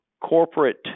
corporate